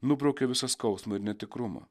nubraukė visą skausmą ir netikrumą